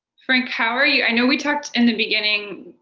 frank, how are you? i know, we talked in the beginning,